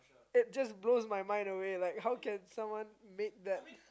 it just blows my mind away like how can someone make that